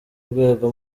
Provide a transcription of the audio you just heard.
rwego